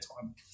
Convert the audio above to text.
time